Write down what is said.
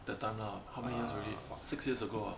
that time lah how many years already f~ six years ago ah